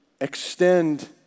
extend